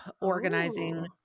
organizing